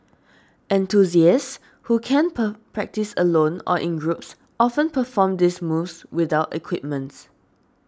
who can practice alone or in groups often perform these moves without equipments